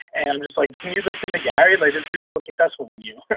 and i'm just like, can you listen to gary? like, this dude's more successful than you.